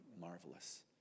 marvelous